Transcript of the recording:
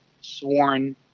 sworn